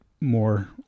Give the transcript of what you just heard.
more